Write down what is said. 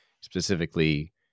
specifically